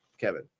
Kevin